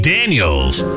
Daniels